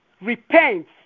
Repent